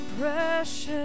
precious